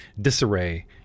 disarray